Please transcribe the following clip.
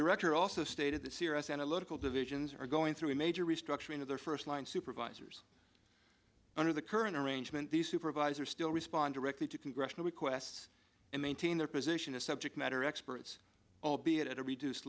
director also stated the serious analytical divisions are going through a major restructuring of their first line supervisors under the current arrangement the supervisor still respond directly to congressional requests to maintain their position as subject matter experts albeit at a reduce